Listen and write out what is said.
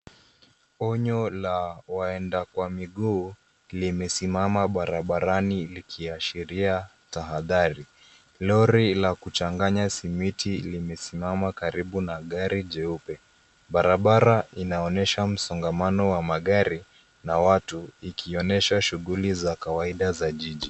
Onyo la waenda kwa miguu limesimama barabarani likiashiria tahadhari. Lori la kuchanganya simiti limesimama karibu na gari jeupe. Barabara inaonyesha msongamano wa magari na watu, ikionyesha shughuli za kawaida za jiji.